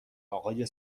آقای